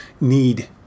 need